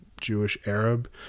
Jewish-Arab